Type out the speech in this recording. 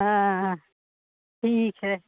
हाँ हाँ हाँ ठीक है